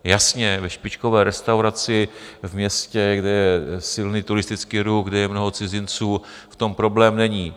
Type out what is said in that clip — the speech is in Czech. Jasně, ve špičkové restauraci v městě, kde je silný turistický ruch, kde je mnoho cizinců, v tom problém není.